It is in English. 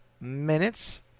minutes